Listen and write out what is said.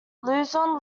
luzon